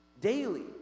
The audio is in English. daily